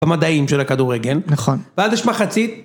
במדעים של הכדורגל. נכון. ואז יש מחצית...